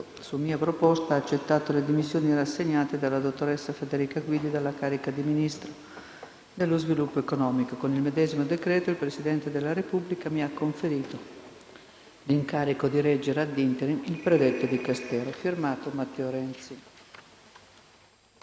su mia proposta, ha accettato le dimissioni rassegnate dalla dott.ssa Federica GUIDI dalla carica di Ministro dello sviluppo economico. Con il medesimo decreto il Presidente della Repubblica mi ha conferito l'incarico di reggere ad interim il predetto Dicastero. F. *to* Matteo Renzi».